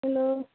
hello